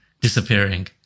disappearing